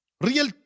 Real